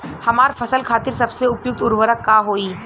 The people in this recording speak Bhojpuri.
हमार फसल खातिर सबसे उपयुक्त उर्वरक का होई?